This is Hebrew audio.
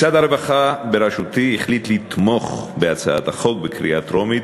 משרד הרווחה בראשותי החליט לתמוך בהצעת החוק בקריאה טרומית,